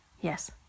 yes